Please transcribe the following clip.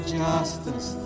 justice